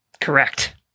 Correct